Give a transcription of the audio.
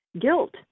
guilt